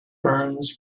ferns